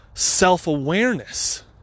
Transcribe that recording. self-awareness